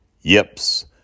yips